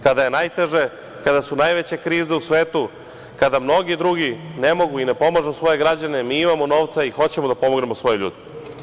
Kada je najteže, kada su najveće krize u svetu, kada mnogi drugi ne mogu i ne pomažu svoje građane, mi imamo novca i hoćemo da pomognemo svoje ljude.